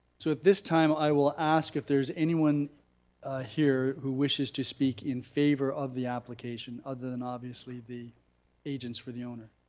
so at this time i will ask if there's anyone here who wishes to speak in favor of the application other than obviously the agents for the owner.